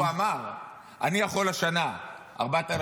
הוא אמר: אני יכול השנה 4,800,